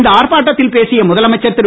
இந்த ஆர்ப்பாட்டத்தில் பேசிய முதலமைச்சர் திரு